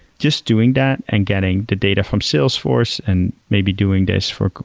just doing that and getting the data from salesforce and maybe doing this for,